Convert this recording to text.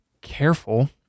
careful